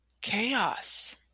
Chaos